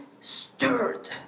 stirred